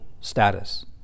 status